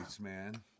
man